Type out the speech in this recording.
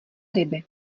ryby